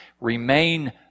Remain